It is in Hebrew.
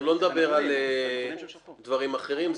לא נדבר על דברים אחרים.